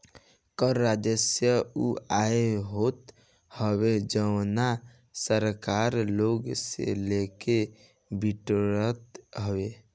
कर राजस्व उ आय होत हवे जवन सरकार लोग से लेके बिटोरत हवे